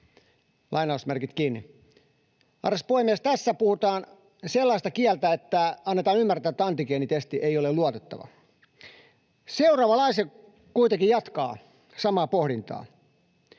aiheuttama riski.” Arvoisa puhemies! Tässä puhutaan sellaista kieltä, että annetaan ymmärtää, että antigeenitesti ei ole luotettava. Seuraava lause kuitenkin jatkaa samaa pohdintaa: